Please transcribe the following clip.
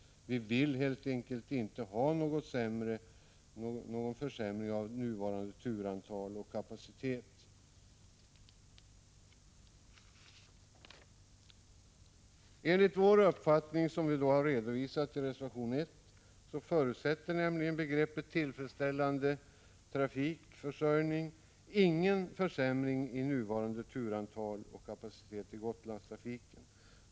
Vi vill helt enkelt inte ha någon försämring av nuvarande turantal och kapacitet. Enligt vår uppfattning, som vi redovisat i reservation 1, förutsätter begreppet ”tillfredsställande trafik” ingen försämring av nuvarande turantal och kapacitet i Gotlandstrafiken.